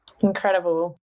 Incredible